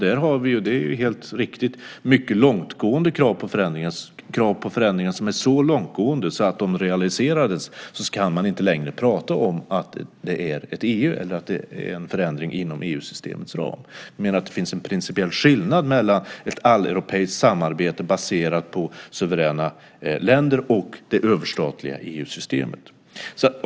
Där har vi - det är helt riktigt - krav på förändringar som är så långtgående att om de realiserades kan man inte längre prata om att det är ett EU eller att det är en förändring inom EU-systemets ram. Jag menar att det finns en principiell skillnad mellan ett alleuropeiskt samarbete baserat på suveräna länder och det överstatliga EU-systemet.